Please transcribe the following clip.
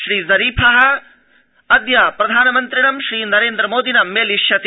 श्रीज़रीफ अद्य प्रधानमन्त्रिणं श्रीनरेन्द्र मोदिनं मेलिष्यति